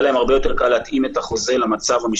היה להם הרבה יותר קל להתאים את החוזה למצב המשתנה.